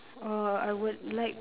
uh I would like